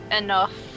enough